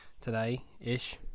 today-ish